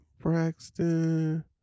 Braxton